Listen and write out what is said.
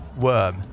worm